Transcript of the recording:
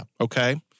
Okay